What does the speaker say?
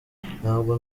ntabwo